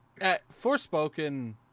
Forspoken